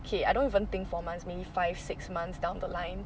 okay I don't even think four months maybe five six months down the line